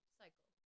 cycle